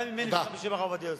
גם ממני וגם בשם הרב עובדיה יוסף.